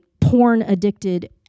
porn-addicted